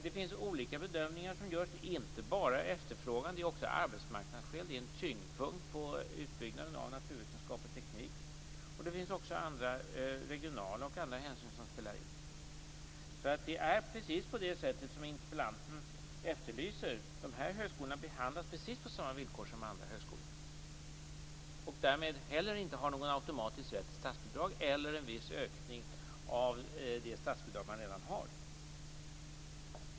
Det görs olika bedömningar. Det är inte bara efterfrågan som styr, det är också arbetsmarknadsskäl. En tyngdpunkt har lagts på utbyggnaden av naturvetenskap och teknik. Det finns också regionala och andra hänsyn som spelar in. Det är precis på det sätt som interpellanten efterlyser. De här högskolorna behandlas enligt precis samma villkor som andra högskolor. Därmed har de heller inte någon automatisk rätt till statsbidrag eller en viss ökning av det statsbidrag man redan har.